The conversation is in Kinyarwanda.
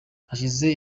hashize